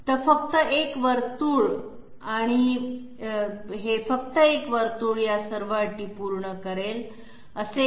तर एक वर्तुळ आणि फक्त एक वर्तुळ या सर्व अटी पूर्ण करेल असे का